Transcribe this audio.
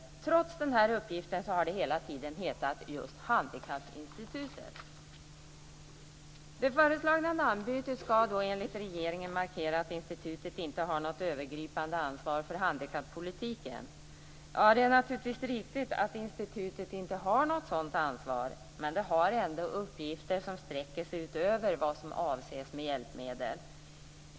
Trots den här uppgiften har det hela tiden hetat just Handikappinstitutet. Det föreslagna namnbytet skall enligt regeringen markera att institutet inte har något övergripande ansvar för handikappolitiken. Det är naturligtvis riktigt att institutet inte har något sådant ansvar, men det har ändå uppgifter som sträcker sig utöver vad som avses med hjälpmedel.